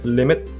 limit